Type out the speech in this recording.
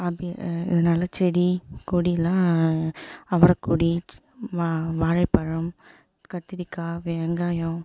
இதனால் செடி கொடிலாம் அவரைக்கொடி வா வாழைப்பழம் கத்திரிக்காய் வெங்காயம்